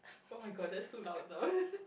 oh-my-god that's so loud